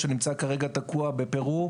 שנמצא כרגע תקוע בפרו.